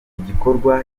gikorwa